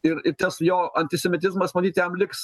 ir į tas jo antisemitizmas matyt jam liks